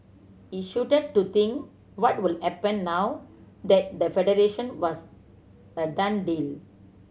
he shuddered to think what would happen now that the Federation was a done din